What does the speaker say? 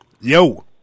Yo